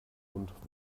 und